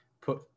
put